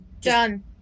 Done